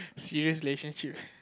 serious relationship